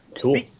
Cool